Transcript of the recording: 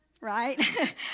Right